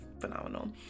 phenomenal